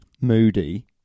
Moody